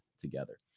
together